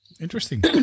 Interesting